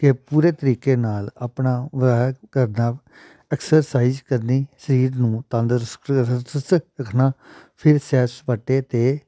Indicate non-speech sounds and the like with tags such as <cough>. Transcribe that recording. ਕਿ ਪੂਰੇ ਤਰੀਕੇ ਨਾਲ ਆਪਣਾ ਵੋ ਹੈ ਘਰ ਦਾ ਐਕਸਰਸਾਈਜ਼ ਕਰਨੀ ਸਰੀਰ ਨੂੰ <unintelligible> ਰੱਖਣਾ ਫਿਰ ਸੈਰ ਸਪਾਟੇ 'ਤੇ